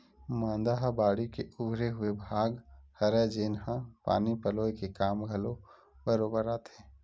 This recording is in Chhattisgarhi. मांदा ह बाड़ी के उभरे हुए भाग हरय, जेनहा पानी पलोय के काम घलो बरोबर आथे